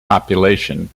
population